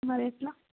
మరి ఎట్లా